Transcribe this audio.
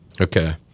Okay